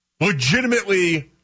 legitimately